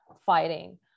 fighting